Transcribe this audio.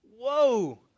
Whoa